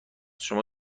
شما